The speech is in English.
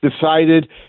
decided